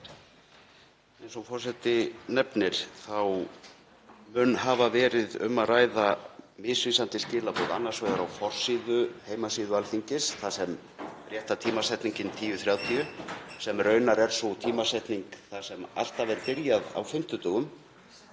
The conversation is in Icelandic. Eins og forseti nefndi þá mun hafa verið um að ræða misvísandi skilaboð, annars vegar á forsíðu, heimasíðu Alþingis, þar sem rétta tímasetningin var, 10.30, sem raunar er sú tímasetning þar sem alltaf er byrjað á fimmtudögum